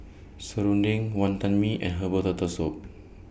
Serunding Wantan Mee and Herbal Turtle Soup